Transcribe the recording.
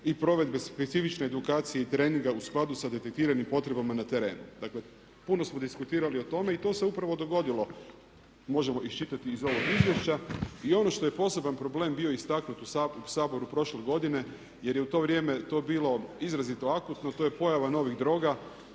i provedbe specifične edukcije i treninga u skladu sa detektiranim potrebama na terenu. Dakle puno smo diskutirali o tome i to su upravo dogodilo. Možemo iščitati iz ovog izvješća. I ono što je poseban problem bio istaknuti u Saboru prošle godine jer je u to vrijeme bilo izrazito akutno, to je pojava novih droga